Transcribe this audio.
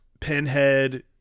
pinhead